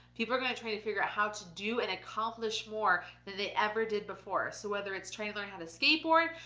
people are gonna try to figure out how to do, and accomplish more than they ever did before. so whether it's trying to learn how to skateboard,